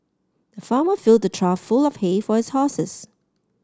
the farmer filled a trough full of hay for his horses